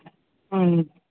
ம்